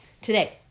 today